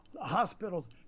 hospitals